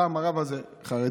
פעם הרב הזה חרדי,